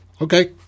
Okay